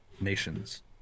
nations